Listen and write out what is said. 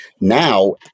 Now